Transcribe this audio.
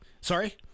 sorry